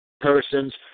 persons